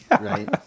right